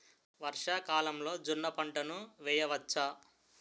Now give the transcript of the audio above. వర్షాకాలంలో జోన్న పంటను వేయవచ్చా?